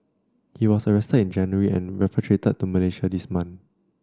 he was arrested in January and repatriated to Malaysia this month